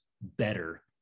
better